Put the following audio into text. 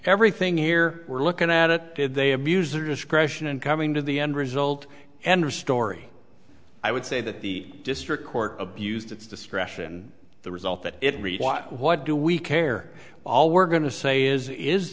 everything here we're looking at it did they abuse their discretion in coming to the end result and or story i would say that the district court abused its discretion the result that it required what do we care all we're going to say is is